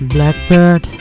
Blackbird